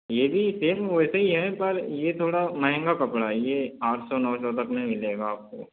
ये भी सेम वैसे ही है पर यह थोड़ा महँगा कपड़ा है यह आठ सौ नौ सौ तक में मिलेगा आपको